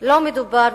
לא מדובר,